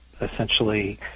essentially